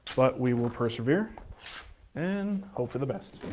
but we will persevere and hope for the best.